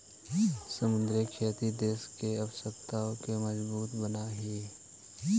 समुद्री खेती देश के अर्थव्यवस्था के मजबूत बनाब हई